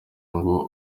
ngo